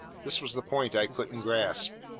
this was the point i couldn't grasp.